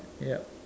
yup